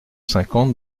cinquante